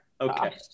Okay